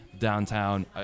downtown